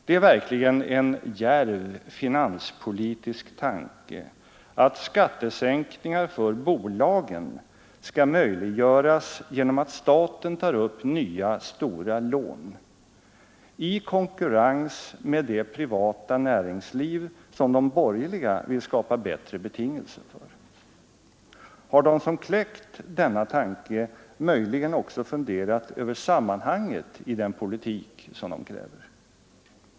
Det är verkligen en djärv finanspolitisk tanke att skattesänkningar för bolagen skall möjliggöras genom att staten främjande åtgärder tar upp nya stora lån — i konkurrens med det privata näringsliv som de borgerliga vill skapa bättre betingelser för. Har de som kläckt denna tanke möjligen också funderat över sammanhanget i den politik de kräver?